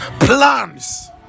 plans